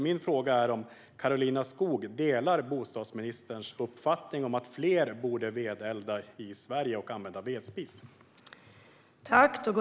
Min fråga är om Karolina Skog delar bostadsministerns uppfattning om att fler borde vedelda och använda vedspis i Sverige.